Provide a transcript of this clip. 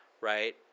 right